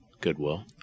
Goodwill